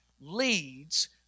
leads